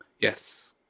Yes